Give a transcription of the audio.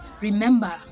remember